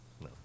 No